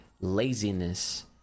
laziness